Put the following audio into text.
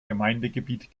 gemeindegebiet